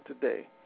today